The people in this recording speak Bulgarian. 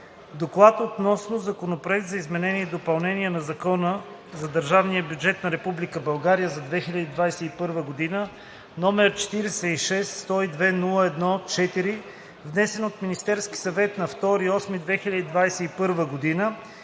„Доклад относно Законопроект за изменение и допълнение на Закона за държавния бюджет на Република България за 2021 г., № 46-102-01-4, внесен от Министерския съвет на 2 август 2021 г.,